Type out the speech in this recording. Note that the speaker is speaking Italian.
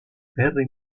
terre